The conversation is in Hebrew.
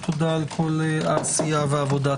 תודה על העשייה והעבודה.